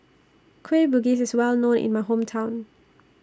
Kueh Bugis IS Well known in My Hometown